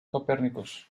copernicus